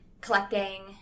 collecting